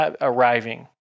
arriving